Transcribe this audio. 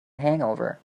hangover